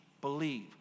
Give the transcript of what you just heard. believe